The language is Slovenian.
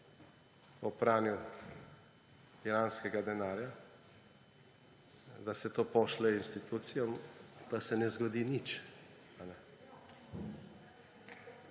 o pranju iranskega denarja, da se to pošlje institucijam, pa se ne zgodi nič.